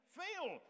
fail